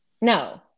No